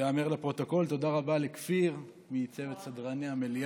שייאמר לפרוטוקול: תודה רבה לכפיר מצוות סדרני המליאה.